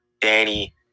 Danny